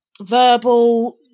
verbal